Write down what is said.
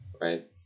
right